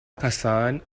cosine